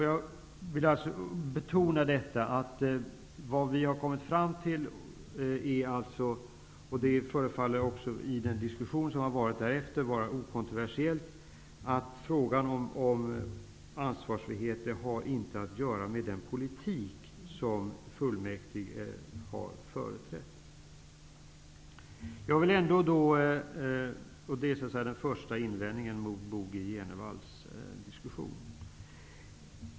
Jag vill betona att vi har kommit fram till att frågan om ansvarsfrihet inte har att göra med den politik som fullmäktige har företrätt. Enligt den diskussion som varit därefter förefaller det också vara okontroversiellt. Det är den första invändningen mot Bo G Jenevalls diskussion.